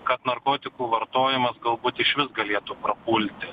kad narkotikų vartojimas galbūt išvis galėtų prapulti